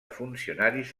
funcionaris